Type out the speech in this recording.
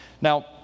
Now